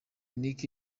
nic